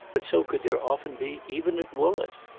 but so could there often be even at woollett.